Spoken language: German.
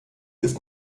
ist